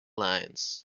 lines